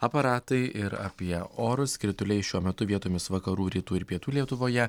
aparatai ir apie orus krituliai šiuo metu vietomis vakarų rytų ir pietų lietuvoje